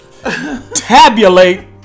tabulate